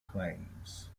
claims